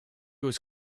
was